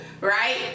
right